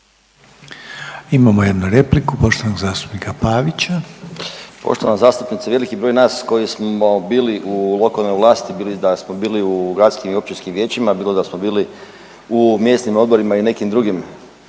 Imamo jednu repliku poštovanog zastupnika Pavića. **Pavić, Željko (Nezavisni)** Poštovana zastupnice, veliki broj nas koji smo bili u lokalnoj vlasti, bili da smo bili u gradskim i općinskim vijećima, bilo da smo bili u mjesnim odborima i nekim drugim